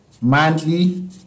monthly